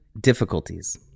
difficulties